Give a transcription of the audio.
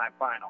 semifinal